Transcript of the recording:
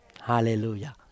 Hallelujah